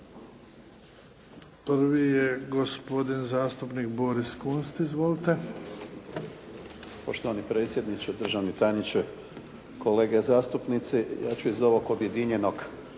Prvi je gospodin zastupnik Boris Kunst. Izvolite. **Kunst, Boris (HDZ)** Poštovani predsjedniče, državni tajniče, kolege zastupnici. Ja ću iz ovog objedinjenog